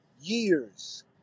years